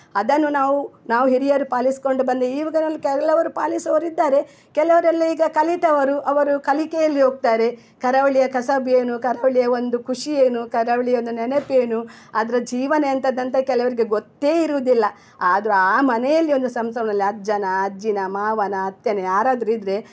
ಅದನ್ನು ನಾವು ನಾವು ಹಿರಿಯರು ಪಾಲಿಸಿಕೊಂಡು ಬಂದಿದ್ದಿ ಈವಾಗನಲ್ಲಿ ಕೆಲವರು ಪಾಲಿಸುವವರಿದ್ದಾರೆ ಕೆಲವರೆಲ್ಲ ಈಗ ಕಲಿತವರು ಅವರು ಕಲಿಕೆಯಲ್ಲಿ ಹೋಗ್ತಾರೆ ಕರಾವಳಿಯ ಕಸುಬು ಏನು ಕರಾವಳಿಯ ಒಂದು ಖುಷಿ ಏನು ಕರಾವಳಿಯ ಒಂದು ನೆನಪೇನು ಅದರ ಜೀವನ ಎಂಥದ್ದಂತ ಕೆಲವರಿಗೆ ಗೊತ್ತೇ ಇರುವುದಿಲ್ಲ ಆದರೂ ಆ ಮನೆಯಲ್ಲಿ ಒಂದು ಸಂಸಂಮನಲ್ಲಿ ಅಜ್ಜನ ಅಜ್ಜಿಯ ಮಾವನ ಅತ್ತೆಯ ಯಾರಾದರಿದ್ರೆ